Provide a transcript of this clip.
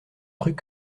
truc